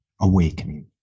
awakening